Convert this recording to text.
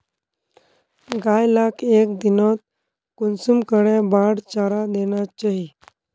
गाय लाक एक दिनोत कुंसम करे बार चारा देना चही?